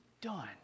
done